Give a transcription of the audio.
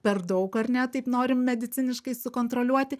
per daug ar ne taip norim mediciniškai sukontroliuoti